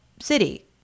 city